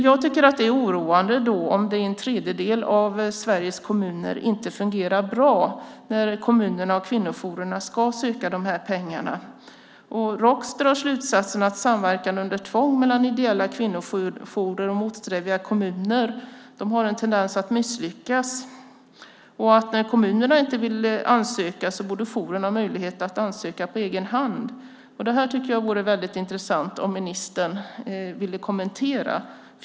Jag tycker att det är oroande om det i en tredjedel av Sveriges kommuner inte fungerar bra när kommunerna och kvinnojourerna ska söka de här pengarna. Roks drar slutsatsen att samverkan under tvång mellan ideella kvinnojourer och motsträviga kommuner har en tendens att misslyckas. När kommunerna inte vill ansöka borde jouren ha möjlighet att ansöka på egen hand. Det här tycker jag det vore väldigt intressant om ministern ville kommentera.